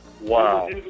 Wow